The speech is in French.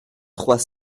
trois